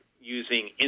using